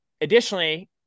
additionally